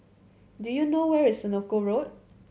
do you know where is Senoko Road